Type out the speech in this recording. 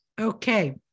Okay